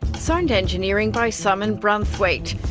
so and engineering by simon branthwaite.